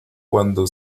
cuando